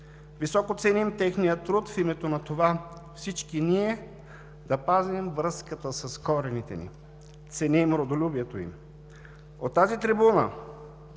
Високо ценим техния труд в името на това всички ние да пазим връзката с корените ни. Ценим родолюбието им. От тази трибуна